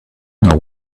know